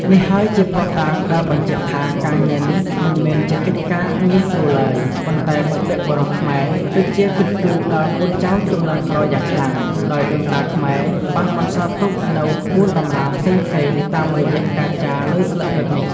នេះហើយជាភស្តុតាងដែលបញ្ជាក់ថាការងារនេះមិនមែនជាកិច្ចការងាយស្រួលឡើយ ប៉ុន្តែបុព្វបុរសខ្មែរពិតជាគិតគូដល់កូនចៅជំនាន់ក្រោយយ៉ាងខ្លាំង ដោយដូនតាខ្មែរ បានបន្សល់ទុកនូវក្បូនតម្រាផ្សេងៗតាមរយៈការចារលើស្លឹករឹតនេះ។